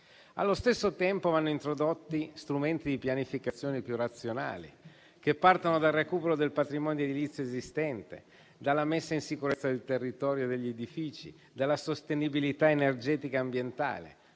Allo stesso tempo, vanno introdotti strumenti di pianificazione più razionali, che partono dal recupero del patrimonio edilizio esistente, dalla messa in sicurezza del territorio e degli edifici, dalla sostenibilità energetica e ambientale,